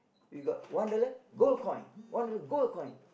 we got one dollar gold coin one dollar gold coin